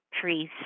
trees